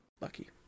lucky